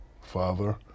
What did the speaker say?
father